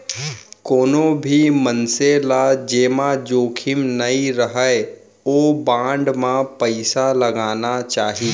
कोनो भी मनसे ल जेमा जोखिम नइ रहय ओइ बांड म पइसा लगाना चाही